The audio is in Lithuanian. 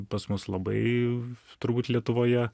pas mus labai turbūt lietuvoje